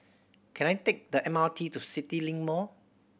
can I take the M R T to CityLink Mall